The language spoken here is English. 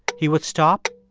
he would stop,